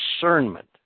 Discernment